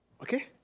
Okay